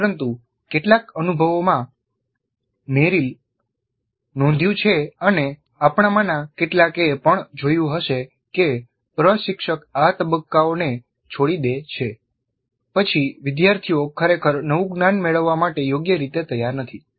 પરંતુ કેટલાક અનુભવોમાં મેરિલ નોંધ્યું છે અને આપણામાંના કેટલાકએ પણ જોયું હશે કે પ્રશિક્ષક આ તબક્કાને છોડી દે છે પછી વિદ્યાર્થીઓ ખરેખર નવું જ્ઞાન મેળવવા માટે યોગ્ય રીતે તૈયાર નથી